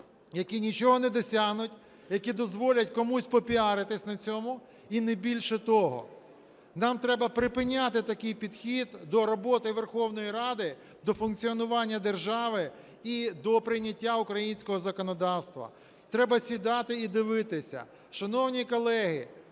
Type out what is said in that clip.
які нічого не досягнуть, які дозволять комусь попіаритись на цьому і не більше того. Нам треба припиняти такий підхід до роботи Верховної Ради, до функціонування держави і до прийняття українського законодавства, треба сідати і дивитися. Шановні колеги,